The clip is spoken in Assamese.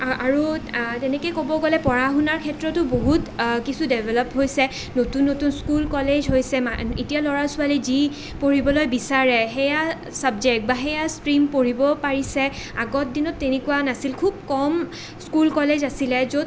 আৰু তেনেকৈ ক'ব গ'লে পঢ়া শুনাৰ ক্ষেত্ৰতো বহুত কিছু ডেভেলপ হৈছে নতুন নতুন স্কুল কলেজ হৈছে এতিয়া ল'ৰা ছোৱালী যি পঢ়িবলৈ বিচাৰে সেইয়া চাবজেক্ট বা সেইয়া ষ্ট্ৰিম পঢ়িব পাৰিছে আগৰ দিনত তেনেকুৱা নাছিল খুব কম স্কুল কলেজ আছিলে য'ত